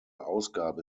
ausgabe